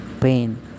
pain